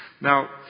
Now